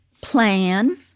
Plan